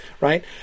right